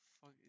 fuck